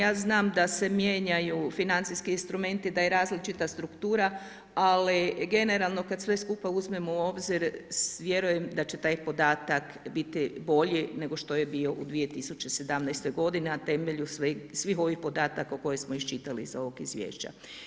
Ja znam da se mijenjaju financijski instrumenti, da je različita struktura, ali generalno kad sve skupa uzmemo u obzir vjerujem da će taj podatak biti bolji nego što je bio u 2017. a temeljem svih ovih podataka koje smo iščitali iz ovog izvješća.